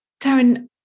Taryn